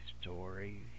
story